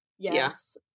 yes